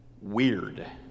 weird